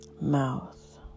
mouth